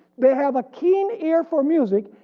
they have a keen ear for music,